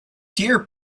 deer